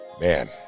Man